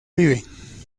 vive